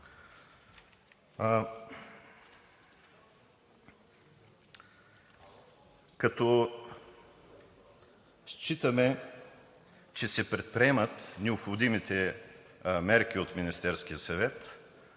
важно. Считаме, че се предприемат необходимите мерки от Министерския съвет